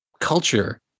culture